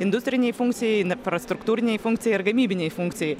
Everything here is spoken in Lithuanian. industrinei funkcijai ineprastruktūrinei funkcijai ir gamybinei funkcijai